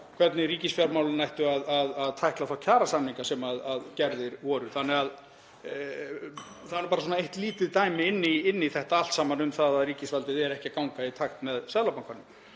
hvernig ríkisfjármálin ættu að tækla þá kjarasamninga sem gerðir voru. Það er bara eitt lítið dæmi inn í þetta allt saman um það að ríkisvaldið sé ekki að ganga í takt með Seðlabankanum.